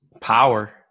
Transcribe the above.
Power